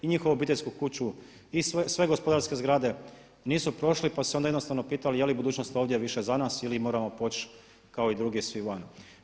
I njihovu obiteljsku kuću, i sve gospodarske zgrade, nisu prošli pa su se onda jednostavno pitali je li budućnost ovdje više za nas ili moramo poći kao i drugi svi van.